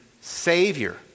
Savior